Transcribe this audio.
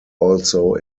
also